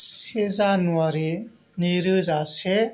से जानुवारि नैरोजासे